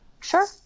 Sure